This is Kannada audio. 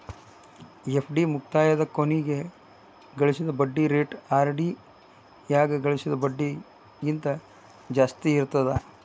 ಎಫ್.ಡಿ ಮುಕ್ತಾಯದ ಕೊನಿಗ್ ಗಳಿಸಿದ್ ಬಡ್ಡಿ ರೇಟ ಆರ್.ಡಿ ಯಾಗ ಗಳಿಸಿದ್ ಬಡ್ಡಿಗಿಂತ ಜಾಸ್ತಿ ಇರ್ತದಾ